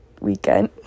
weekend